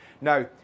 Now